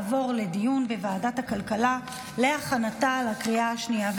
לוועדת הכלכלה נתקבלה.